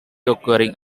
occurring